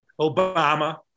Obama